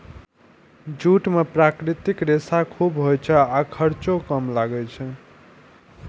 jute मे प्राकृतिक रेशा खूब होइ छै आ खर्चो कम लागै छै